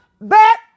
back